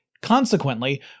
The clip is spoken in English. Consequently